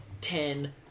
ten